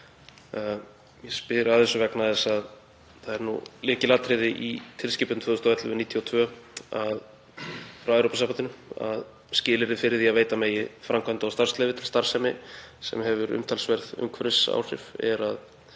Ég spyr að þessu vegna þess að það er lykilatriði í tilskipun 2011/92 frá Evrópusambandinu að skilyrði fyrir því að veita megi framkvæmda- og starfsleyfi til starfsemi sem hefur umtalsverð umhverfisáhrif er að